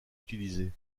utilisée